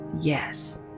yes